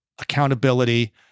accountability